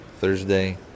Thursday